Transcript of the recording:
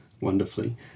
wonderfully